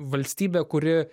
valstybę kuri